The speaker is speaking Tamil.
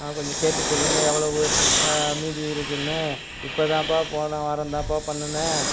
கொஞ்சம் கேட்டு சொல்லுங்கள் எவ்வளவு மீதி இருக்கும்னு இப்போதாம்ப்பா போன வாரந்தாம்ப்பா பண்ணினேன்